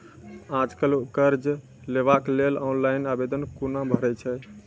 आज कल कर्ज लेवाक लेल ऑनलाइन आवेदन कूना भरै छै?